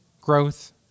growth